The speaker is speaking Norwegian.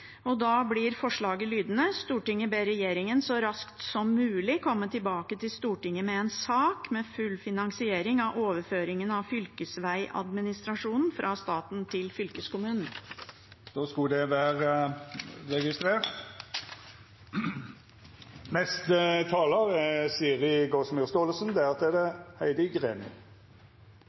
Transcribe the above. og da blir forslaget lydende: «Stortinget ber regjeringen så raskt som mulig komme tilbake til Stortinget med en sak om full finansiering av overføringen av fylkesveiadministrasjonen fra staten til fylkeskommunene.» Då skulle det vera registrert. Jeg er